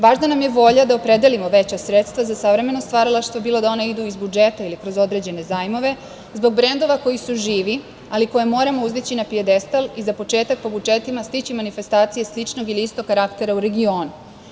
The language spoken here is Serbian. Važna nam je volja da opredelimo veća sredstva za savremeno stvaralaštvo, bilo da ona idu iz budžeta ili kroz određene zajmove, zbog brendova koji su živi, ali koje moramo uzdići na pijedestal i za početak po budžetima stići manifestacije sličnog ili istog karaktera u regionu.